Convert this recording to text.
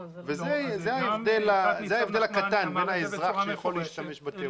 זה ההבדל הקטן בין האזרח שיכול להשתמש בתיעוד